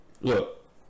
look